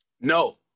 No